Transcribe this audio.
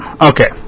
Okay